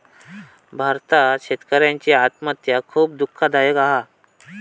भारतात शेतकऱ्यांची आत्महत्या खुप दुःखदायक हा